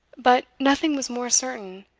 but nothing was more certain.